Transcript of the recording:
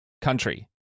country